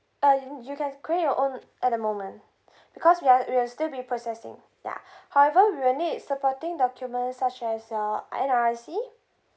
uh y~ you can create your own at the moment because we're we're still be processing ya however we'll need supporting documents such as your N_R_I_C